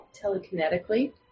telekinetically